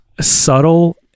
subtle